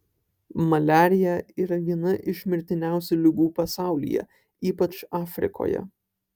maliarija yra viena iš mirtiniausių ligų pasaulyje ypač afrikoje